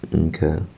Okay